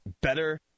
better